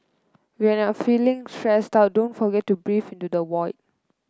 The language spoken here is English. when you are feeling stressed out don't forget to breathe into the void